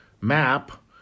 map